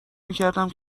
میکردم